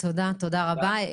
תודה רבה.